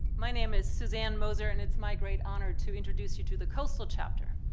my name is susanne moser and it's my great honor to introduce you to the coastal chapter.